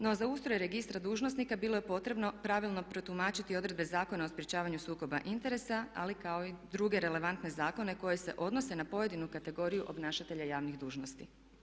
No, za ustroj registra dužnosnika bilo je potrebno pravilno protumačiti odredbe Zakona o sprječavanju sukoba interesa, ali kao i druge relevantne zakone koji se odnose na pojedinu kategoriju obnašatelja javnih dužnosti.